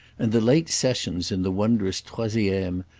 and the late sessions in the wondrous troisieme,